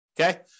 Okay